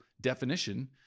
definition